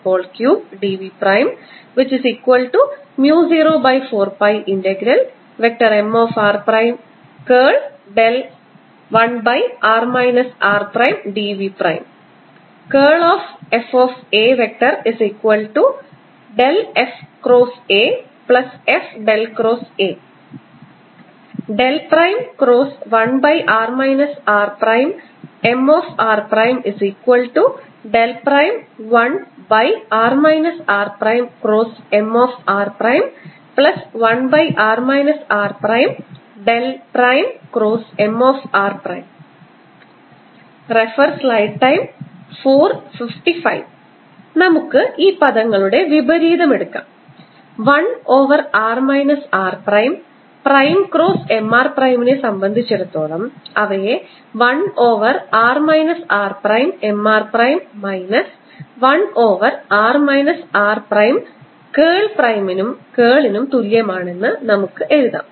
Ar04πMr×r rr r3dV04πMr×1r rdV fAf×Af A 1r rMr1r rMr1r r×Mr നമുക്ക് ഈ പദങ്ങളുടെ വിപരീതം എടുക്കാം 1 over r minus r prime prime cross M r പ്രൈമിനെ സംബന്ധിച്ചിടത്തോളം അവയെ1 over r minus r prime M r prime minus 1 over r minus r prime curl പ്രൈമിൻറെ കേളിനും തുല്യമാണെന്ന് നമുക്ക് എഴുതാം